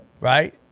right